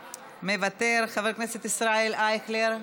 מוותר, חבר הכנסת ישראל אייכלר,